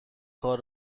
کار